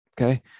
okay